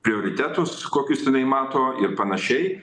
prioritetus kokius jinai mato ir panašiai